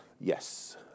Yes